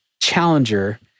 Challenger